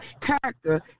character